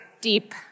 deep